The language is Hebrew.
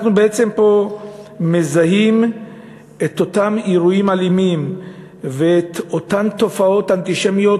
אנחנו פה מזהים את אותם אירועים אלימים ואת אותן תופעות אנטישמיות,